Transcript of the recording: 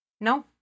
No